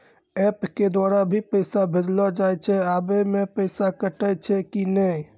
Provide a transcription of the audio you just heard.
App के द्वारा भी पैसा भेजलो जाय छै आबै मे पैसा कटैय छै कि नैय?